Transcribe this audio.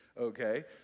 okay